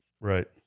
Right